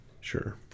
Sure